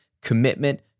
commitment